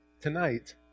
tonight